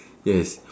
yes